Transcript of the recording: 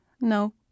No